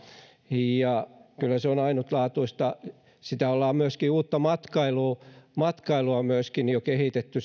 ja kyllä se on ainutlaatuista siellä saimaalla ollaan myöskin uutta matkailua matkailua jo kehitetty